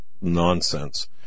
nonsense